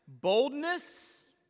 boldness